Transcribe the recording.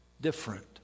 Different